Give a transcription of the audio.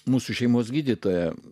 mūsų šeimos gydytoja